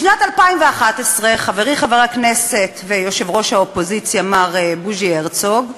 בשנת 2011 חברי חבר הכנסת ויושב-ראש האופוזיציה מר בוז'י הרצוג,